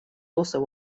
also